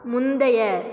முந்தைய